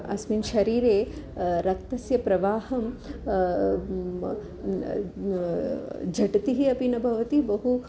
अस्मिन् शरीरे रक्तस्य प्रवाहं झटितिः अपि न भवति बहु